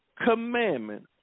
commandment